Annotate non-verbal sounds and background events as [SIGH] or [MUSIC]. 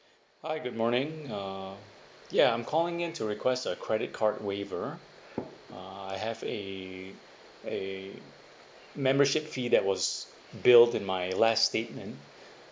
hi good morning uh ya I'm calling in to request a credit card waiver [BREATH] uh I have a a membership fee that was billed in my last statement [BREATH]